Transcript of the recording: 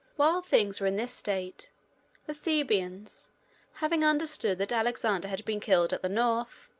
while things were in this state the thebans having understood that alexander had been killed at the north,